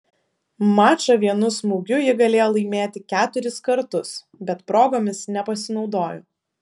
mačą vienu smūgiu ji galėjo laimėti keturis kartus bet progomis nepasinaudojo